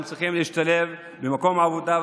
הם צריכים להשתלב במקום עבודה,